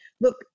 look